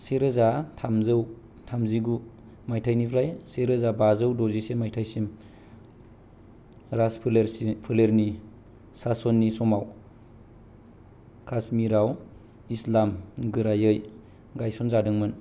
सेरोजा थामजौ थामजिगु माइथायनिफ्राय सेरोजा बाजौ द'जिसे माइथायसिम राजफोलेरनि सासननि समाव कास्मिरआव इस्लाम गोरायै गायसन जादोंमोन